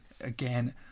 again